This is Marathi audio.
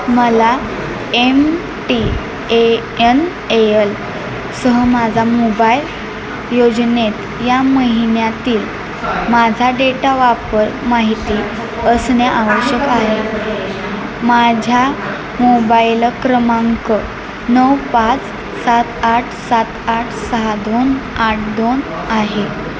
मला एम टी ए एन एलसह माझा मोबाईल योजनेत या महिन्यातील माझा डेटा वापर माहिती असणे आवश्यक आहे माझ्या मोबाईल क्रमांक नऊ पाच सात आठ सात आठ सहा दोन आठ दोन आहे